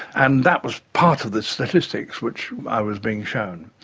and that was part of the statistics which i was being shown.